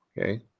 okay